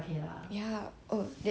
the Netflix [one]